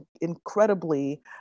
incredibly